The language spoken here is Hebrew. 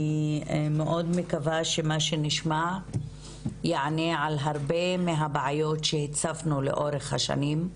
אני מאוד מקווה שמה שנשמע יענה על הרבה מהבעיות שהצפנו לאורך השנים,